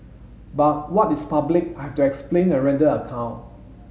but what is public I have to explain and render account